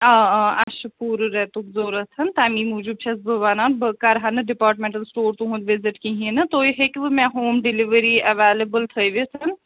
آ آ اَسہِ چھُ پوٗرٕ رٮ۪تُک ضروٗرَت تَمی موٗجوٗب چھَس بہٕ وَنان بہٕ کَرٕ ہا نہٕ ڈِپارٹمٮ۪نٹل سِٹور تُہُنٛد وِزِٹ کِہیٖنٛۍ نہٕ تُہۍ ہیٚکوٕ مےٚ ہوم ڈِیٚلِؤری ایٚویلیبُل تھٲوِتھ